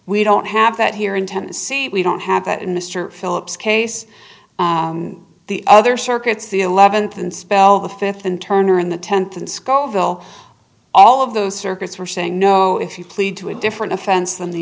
we don't have that here in tennessee we don't have that and mr philips case the other circuits the eleventh and spell the fifth and turner in the tenth and scoville all of those circuits were saying no if you plead to a different offense than the